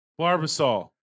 Barbasol